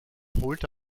holte